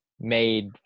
made